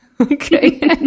Okay